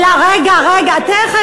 אבל זה עדיין עדיף על, רגע, רגע, רגע, תכף,